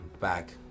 back